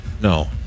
No